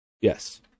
yes